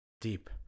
Deep